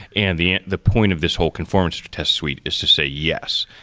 and the the point of this whole conformance to test suite is to say yes,